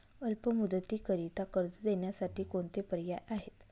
अल्प मुदतीकरीता कर्ज देण्यासाठी कोणते पर्याय आहेत?